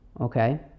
Okay